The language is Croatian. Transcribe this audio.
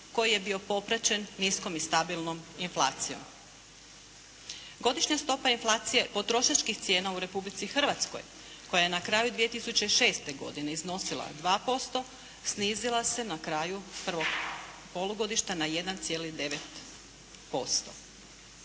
koji je bio popraćen niskom i stabilnom inflacijom. Godišnja stopa inflacije potrošačkih cijena u Republici Hrvatskoj koja je na kraju 2006. godine iznosila 2% snizila se na kraju prvog polugodišta na 1,9%.